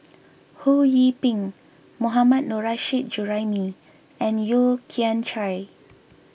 Ho Yee Ping Mohammad Nurrasyid Juraimi and Yeo Kian Chai